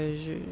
je